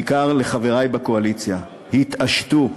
בעיקר לחברי בקואליציה: התעשתו,